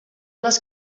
les